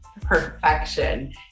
perfection